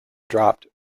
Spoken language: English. dropped